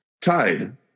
Tide